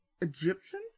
egyptian